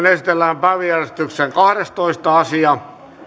käsittelyyn esitellään päiväjärjestyksen kahdestoista asia